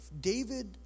David